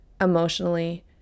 emotionally